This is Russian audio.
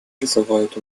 вызывает